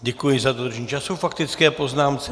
Děkuji za dodržení času k faktické poznámce.